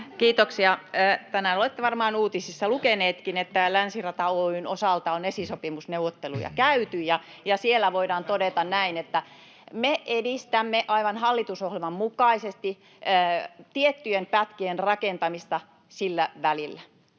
Kiitoksia! Tänään olette varmaan uutisista lukeneetkin, että Länsirata Oy:n osalta on esisopimusneuvotteluja käyty. [Eduskunnasta: Paljonko lupasitte lisää rahaa?] Ja sieltä voidaan todeta näin, että me edistämme aivan hallitusohjelman mukaisesti tiettyjen pätkien rakentamista sillä välillä,